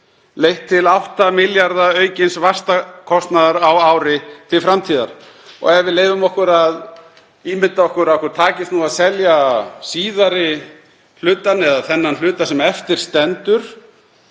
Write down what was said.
leitt til 8 milljarða aukins vaxtakostnaðar á ári til framtíðar. Ef við leyfum okkur að ímynda okkur að okkur takist að selja síðari hlutann eða þennan hluta sem eftir stendur,